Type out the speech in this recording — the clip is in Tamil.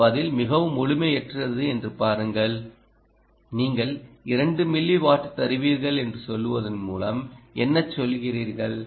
இந்த பதில் மிகவும் முழுமைற்றது என்று பாருங்கள் நீங்கள் 2 மில்லி வாட் தருவீர்கள் என்று சொல்வதன் மூலம் என்ன சொல்கிறீர்கள்